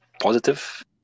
positive